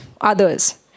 others